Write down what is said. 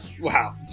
Wow